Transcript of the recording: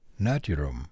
naturum